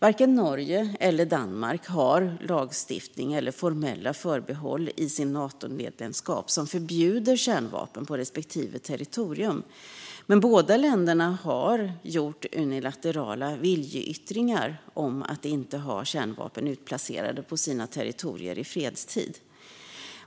Varken Norge eller Danmark har lagstiftning eller formella förbehåll i sitt Natomedlemskap som förbjuder kärnvapen på respektive territorium. Men båda länderna har gjort unilaterala viljeyttringar om att inte ha kärnvapen utplacerade på sina territorier i fredstid.